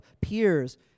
peers